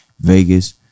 Vegas